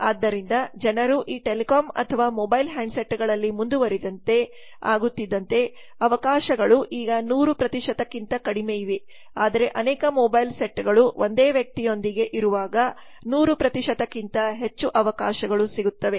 ಆದ್ದರಿಂದ ಜನರು ಈ ಟೆಲಿಕಾಂ ಅಥವಾ ಮೊಬೈಲ್ ಹ್ಯಾಂಡ್ಸೆಟ್ಗಳಲ್ಲಿ ಮುಂದುವರಿದಂತೆ ಆಗುತ್ತಿದ್ದಂತೆ ಅವಕಾಶಗಳು ಈಗ 100 ಕ್ಕಿಂತ ಕಡಿಮೆಯಿವೆ ಆದರೆ ಅನೇಕ ಮೊಬೈಲ್ ಸೆಟ್ಗಳು ಒಂದೇ ವ್ಯಕ್ತಿಯೊಂದಿಗೆ ಇರುವಾಗ 100 ಕ್ಕಿಂತ ಹೆಚ್ಚು ಅವಕಾಶಗಳು ಸಿಗುತ್ತವೆ